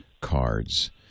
cards